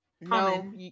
no